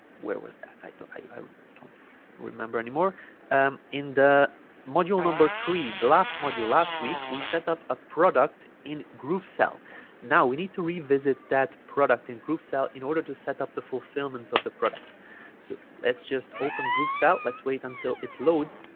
where was that i don't remember anymore um in the module number three the last module last week we set up a product in groovesell now we need to revisit that product in groovesell in order to set up the fulfillment of the product so let's just open groovesell let's wait until it loads